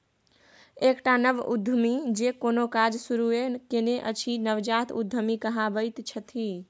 एकटा नव उद्यमी जे कोनो काज शुरूए केने अछि नवजात उद्यमी कहाबैत छथि